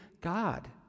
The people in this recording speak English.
God